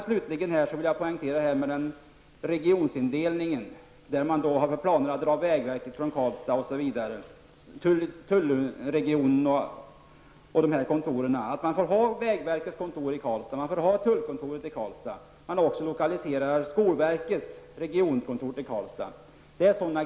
Slutligen beträffande regionindelningen. Man har ju planer på att dra bort t.ex. vägverket och tullkontoret från Karlstad. Det vore bra om vägverket och tullkontoret finge vara kvar i Karlstad. Även skolverkets regionkontor kunde lokaliseras till Karlstad.